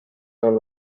dans